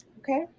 Okay